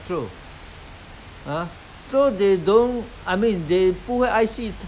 不然他他就没有没有意思了嘛所以就是要抢抢了觉得 eh